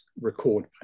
record